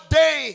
day